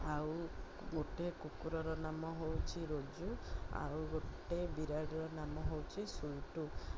ଆଉ ଗୋଟେ କୁକୁରର ନାମ ହେଉଛି ରୋଜୁ ଆଉ ଗୋଟେ ବିରାଡ଼ିର ନାମ ହେଉଛି ସୁଣ୍ଟୁ